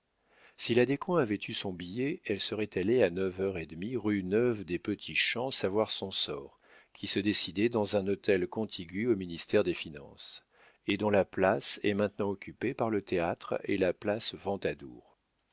si la descoings avait eu son billet elle serait allée à neuf heures et demie rue neuve des petits champs savoir son sort qui se décidait dans un hôtel contigu au ministère des finances et dont la place est maintenant occupée par le théâtre et la place